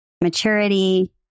maturity